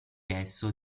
esso